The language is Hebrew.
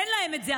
אין להם את זה,